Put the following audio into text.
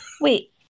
Wait